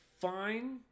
fine